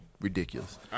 ridiculous